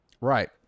right